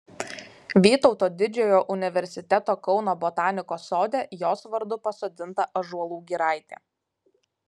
vytauto didžiojo universiteto kauno botanikos sode jos vardu pasodinta ąžuolų giraitė